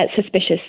suspicious